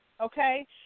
okay